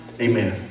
Amen